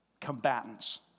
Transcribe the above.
combatants